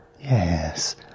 Yes